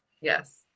Yes